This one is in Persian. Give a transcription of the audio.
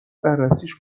بررسیش